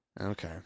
okay